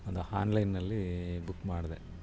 ಒಂದು ಆನ್ಲೈನಲ್ಲಿ ಬುಕ್ ಮಾಡಿದೆ